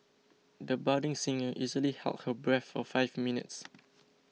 the budding singer easily held her breath for five minutes